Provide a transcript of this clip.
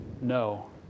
No